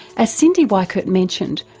as cyndi weickert mentioned,